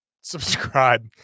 subscribe